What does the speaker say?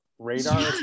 radar